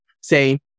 say